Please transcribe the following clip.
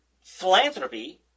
philanthropy